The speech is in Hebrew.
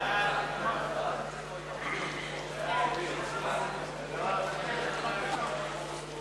ההצעה להעביר את הצעת חוק דמי